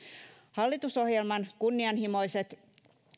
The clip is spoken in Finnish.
hallitusohjelman kunnianhimoiset